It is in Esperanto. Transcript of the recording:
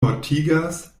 mortigas